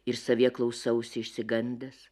ir savyje klausausi išsigandęs